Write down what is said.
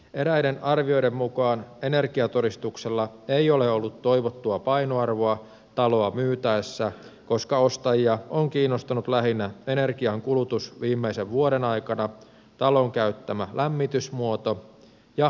eräiden arvioiden mukaan energiatodistuksella ei ole ollut toivottua painoarvoa taloa myytäessä koska ostajia on kiinnostanut lähinnä energiankulutus viimeisen vuoden aikana talon käyttämä lämmitysmuoto ja rakennusmateriaalit